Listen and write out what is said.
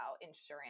insurance